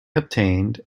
obtained